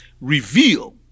reveal